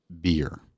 beer